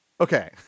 Okay